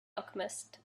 alchemist